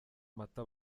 mata